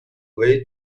way